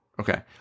Okay